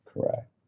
Correct